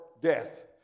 death